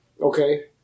Okay